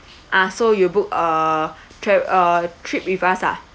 ah so you book a tr~ uh trip with us ah